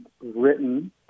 written